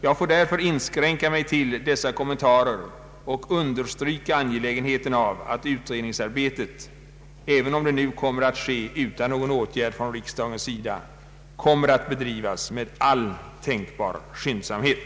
Jag får därför inskränka mig till dessa kommentarer och till att understryka angelägenheten av att utredningsarbetet — även om det nu kommer att ske utan någon åtgärd från riksdagens sida — skall bedrivas med all tänkbar skyndsamhet.